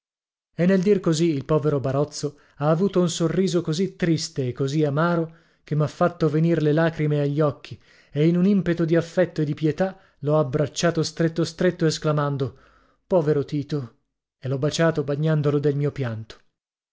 e nel dir così il povero barozzo ha avuto un sorriso così triste e così amaro che m'ha fatto venir le lacrime agli occhi e in un impeto di affetto e di pietà l'ho abbracciato stretto stretto esclamando povero tito e l'ho baciato bagnandolo del mio pianto